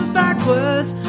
backwards